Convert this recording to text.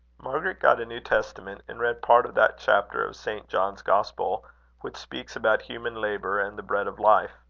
margaret got a new testament, and read part of that chapter of st. john's gospel which speaks about human labour and the bread of life.